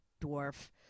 dwarf